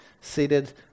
seated